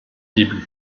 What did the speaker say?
débuts